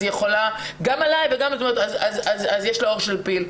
אז יש לה העור של פיל.